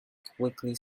quickly